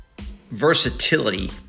versatility